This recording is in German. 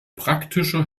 praktischer